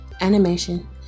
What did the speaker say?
animation